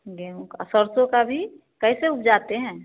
गेहूँ का आ सरसों का भी कैसे उपजाते हैं